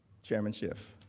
chairman shift.